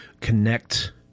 connect